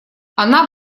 она